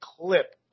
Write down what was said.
clip